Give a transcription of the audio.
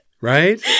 Right